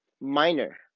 minor